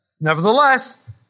Nevertheless